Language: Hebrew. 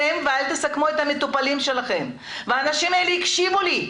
ואת המטופלים שלהם והאנשים האלה הקשיבו לי,